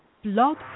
Blog